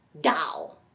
dow